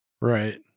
Right